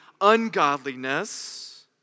ungodliness